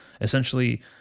essentially